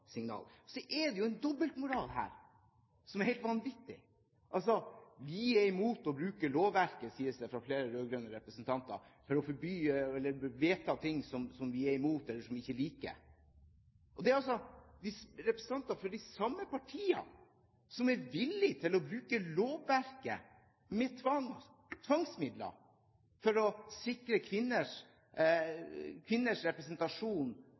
Så er det en dobbeltmoral her som er helt vanvittig. Vi er imot å bruke lovverket, sies det fra flere rød-grønne representanter, til å forby eller vedta ting vi er imot, eller som vi ikke liker. Det er altså representanter for de samme partiene som er villig til å bruke lovverket, med tvangsmidler, for å sikre kvinners representasjon